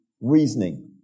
reasoning